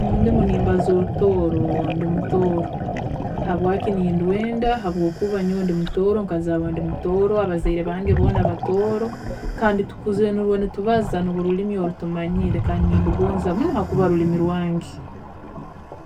﻿Orurimi nimbaza orutooro ndi mutooro, habwaaki nindwenda habwokuba nyowe ndi mutooro, nkazaarwa ndi mutooro, abazaire bange boona batooro, kandi tukuzire nirwe nikubaza nirwe rurimi orutumanyire kandi nindugoonza habwokuba nirwe rurimi rwange.